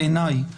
בעיניי,